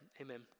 Amen